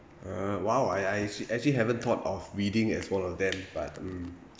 uh !wow! I I actually actually haven't thought of reading as one of them but um